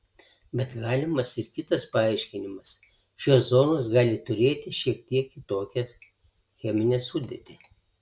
bet galimas ir kitas paaiškinimas šios zonos gali turėti šiek tiek kitokią cheminę sudėtį